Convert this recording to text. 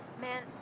Man